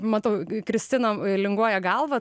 matau kristina linguoja galvą